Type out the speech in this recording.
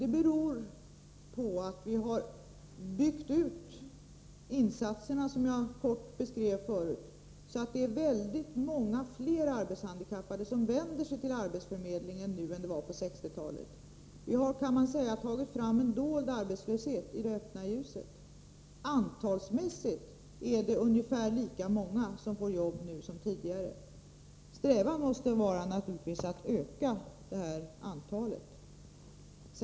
Det beror på att vi har ökat insatserna, vilket jag kortfattat beskrev förut, så att många fler arbetshandikappade vänder sig till arbetsförmedlingen nu än på 1960-talet. Man kan säga att vi har fört fram en dold arbetslöshet i det öppna ljuset. Antalsmässigt är det ungefär lika många nu som tidigare som får jobb. Strävan måste naturligtvis vara att öka det här antalet.